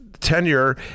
tenure